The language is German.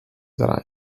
drei